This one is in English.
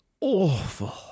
awful